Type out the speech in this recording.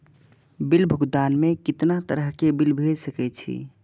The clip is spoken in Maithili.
बिल भुगतान में कितना तरह के बिल भेज सके छी?